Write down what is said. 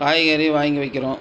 காய்கறி வாங்கி வைக்கிறோம்